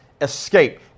escape